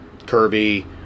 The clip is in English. Kirby